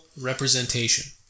representation